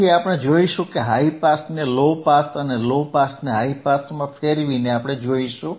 તેથી આપણે જોઈશું કે હાઇ પાસને લો પાસ અને લો પાસને હાઇ પાસમાં ફેરવીને જોઇશું